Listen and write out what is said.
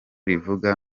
rivuga